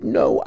no